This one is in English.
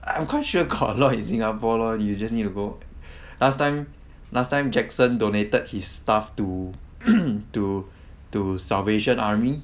I am quite sure got a lot in singapore lor you just need to go last time last time jackson donated his staff to to to salvation army